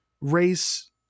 race